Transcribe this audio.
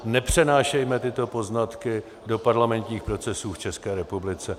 Nepřenášejme tyto poznatky do parlamentních procesů v České republice.